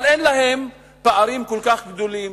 אבל אין להם פערים כל כך גדולים